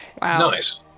Nice